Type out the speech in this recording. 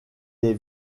est